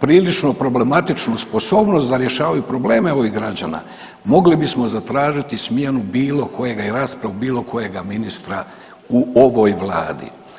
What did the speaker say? prilično problematičnu sposobnost da rješavaju probleme ovih građana, mogli bismo zatražiti smjenu bilo kojega i raspravu bilo kojega ministra u ovoj vladi.